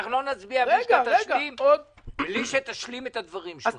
אנחנו לא נצביע בלי שתשלים את הדברים שלך.